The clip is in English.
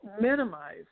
minimize